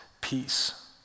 peace